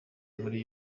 muri